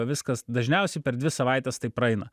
viskas dažniausiai per dvi savaites tai praeina